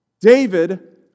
David